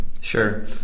Sure